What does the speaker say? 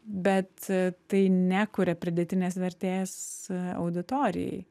bet tai nekuria pridėtinės vertės auditorijai